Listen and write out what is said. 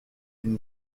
une